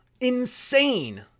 Insane